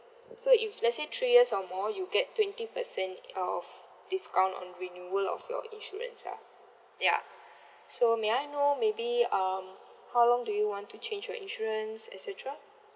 so if let's say three years or more you get twenty off discount on renewal of your insurance lah ya so may I know maybe um how long do you want to change your insurance et cetera